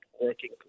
working